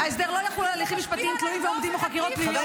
-- ההסדר לא יחול על הליכים משפטיים תלויים ועומדים או חקירות פליליות.